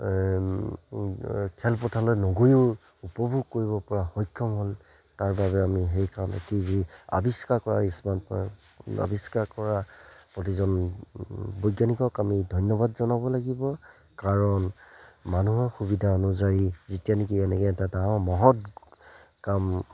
খেলপথাৰলৈ নগৈয়ো উপভোগ কৰিবপৰা সক্ষম হ'ল তাৰবাবে আমি সেইকাৰণে টি ভি আৱিষ্কাৰ কৰা স্মাৰ্ট কৰা আৱিষ্কাৰ কৰা প্ৰতিজন বৈজ্ঞানিকক আমি ধন্যবাদ জনাব লাগিব কাৰণ মানুহৰ সুবিধা অনুযায়ী যেতিয়া নেকি এনেকৈ এটা ডাঙৰ মহৎ কাম